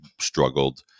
struggled